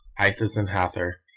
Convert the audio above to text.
isis and hathor,